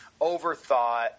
overthought